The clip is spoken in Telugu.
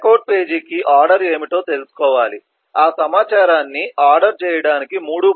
చెక్అవుట్ పేజీకి ఆర్డర్ ఏమిటో తెలుసుకోవాలి ఆ సమాచారాన్ని ఆర్డర్ చేయడానికి 3